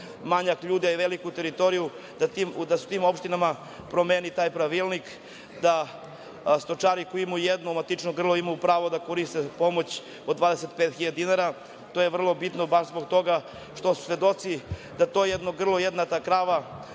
manjak ljudi, veliku teritoriju, da se u tim opštinama promeni taj pravilnik, da stočari koji jedno matično grlo imaju pravo da koriste pomoć od 25.000 dinara. To je vrlo bitno baš zbog toga što smo svedoci da jedno grlo, jedna krava